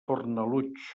fornalutx